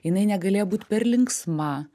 jinai negalėjo būt per linksma